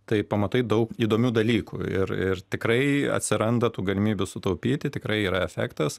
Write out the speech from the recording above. tai pamatai daug įdomių dalykų ir ir tikrai atsiranda tų galimybių sutaupyti tikrai yra efektas